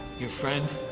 your friend.